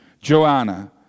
Joanna